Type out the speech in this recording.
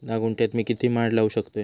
धा गुंठयात मी किती माड लावू शकतय?